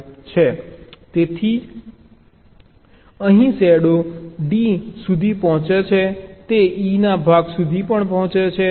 તેવી જ રીતે અહીં શેડો D સુધી પહોંચે છે તે E ના ભાગ સુધી પણ પહોંચે છે